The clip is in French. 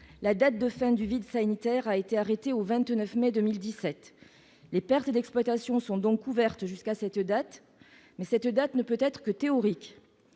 la date de fin du vide sanitaire a été arrêtée au 29 mai 2017. Les pertes d'exploitation sont donc couvertes jusqu'à cette date ... Mais cette date ne peut être que théorique.